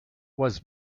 was